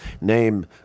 name